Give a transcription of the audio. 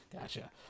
Gotcha